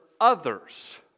others